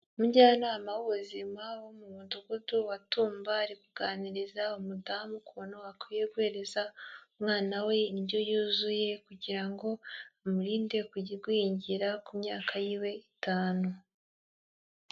Umujyanama w'ubuzima wo mu mudugudu wa Tumba, ari kuganiriza umudamu ukuntu akwiye guhereza umwana we indyo yuzuye kugira ngo amurinde kujyi igwingira ku myaka yiwe itanu.